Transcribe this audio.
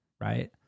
right